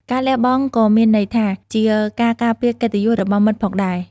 ការលះបង់ក៏មានន័យថា ជាការការពារកិត្តិយសរបស់មិត្តផងដែរ។